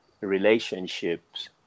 relationships